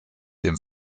dem